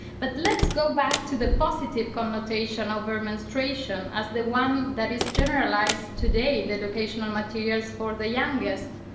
but let's go back to the positive connotation of our menstruation as the one that is generalized today, the educational materials for the youngest.